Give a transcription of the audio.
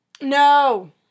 No